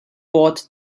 bought